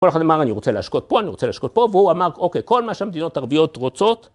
‫כל אחד אמר, אני רוצה לשקוט פה, ‫אני רוצה לשקוט פה, ‫והוא אמר, אוקיי, ‫כל מה שהמדינות הערביות רוצות...